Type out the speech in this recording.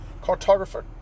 Cartographer